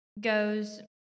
goes